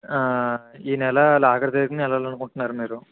ఈ నెల ఆఖరి తేదిన వెళ్ళాలి అనుకుంటున్నారు మీరు